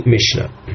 Mishnah